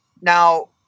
now